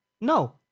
No